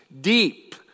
deep